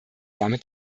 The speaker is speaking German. damit